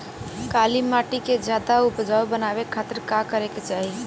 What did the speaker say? काली माटी के ज्यादा उपजाऊ बनावे खातिर का करे के चाही?